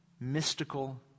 mystical